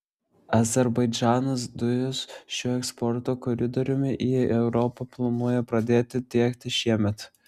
azerbaidžanas dujas šiuo eksporto koridoriumi į europą planuoja pradėti tiekti šiemet